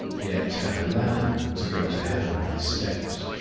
yet had a ladder to go to heaven by steps.